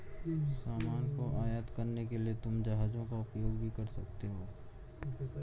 सामान को आयात करने के लिए तुम जहाजों का उपयोग भी कर सकते हो